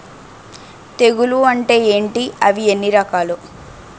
తెగులు అంటే ఏంటి అవి ఎన్ని రకాలు?